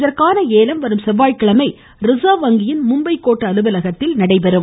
இதற்கான ஏலம் வரும் செவ்வாய்கிழமை ரிசர்வ் வங்கியின் மும்பை கோட்ட அலுவலகத்தில் நடைபெற உள்ளது